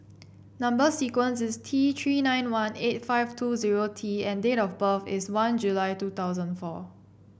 number sequence is T Three nine one eight five two zero T and date of birth is one July two thousand four